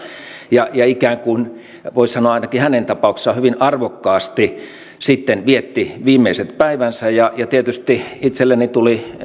ja ja ikään kuin voi sanoa ainakin hänen tapauksessaan hyvin arvokkaasti sitten vietti viimeiset päivänsä ja tietysti itselleni tuli